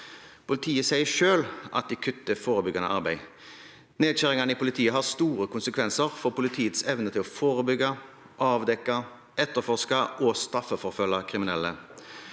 Politiet sier selv at de kutter i forebyggende arbeid. Nedskjæringene i politiet har store konsekvenser for politiets evne til å forebygge og avdekke kriminalitet og etterforske og straffeforfølge kriminelle.